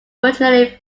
originally